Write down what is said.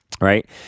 right